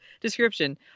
Description